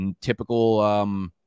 typical –